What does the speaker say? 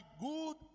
good